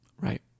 Right